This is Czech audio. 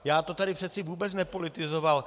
Já to tady přeci vůbec nepolitizoval.